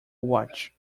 watch